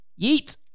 yeet